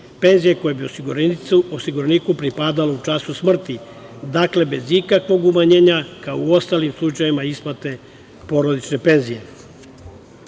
penzije koja bi osiguraniku pripadala u času smrti. Dakle, bez ikakvog umanjenja, kao u ostalim slučajevima isplate porodične penzije. Pored